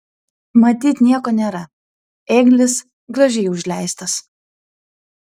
matyt nieko nėra ėglis gražiai užleistas